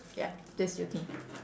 ya that's your thing